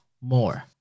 more